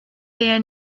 their